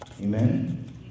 Amen